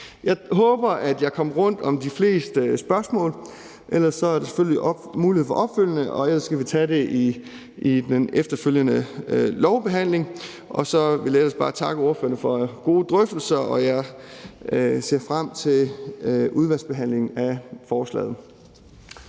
Jeg håber, at jeg kom rundt om de fleste spørgsmål. Ellers er der selvfølgelig mulighed for opfølgende, og ellers kan vi tage det i den efterfølgende lovbehandling. Og så vil jeg ellers bare takke ordførerne for gode drøftelser, og jeg ser frem til udvalgsbehandlingen af forslaget.